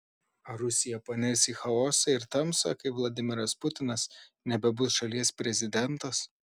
ar rusija panirs į chaosą ir tamsą kai vladimiras putinas nebebus šalies prezidentas